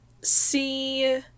see